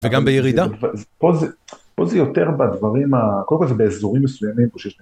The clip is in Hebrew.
וגם בירידה? פה זה יותר בדברים, קודם כל זה באזורים מסוימים.